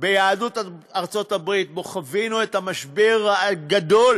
אצל יהדות ארצות-הברית, שבו חווינו את המשבר הגדול